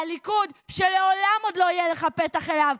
והליכוד, שלעולם עוד לא יהיה לך פתח אליו,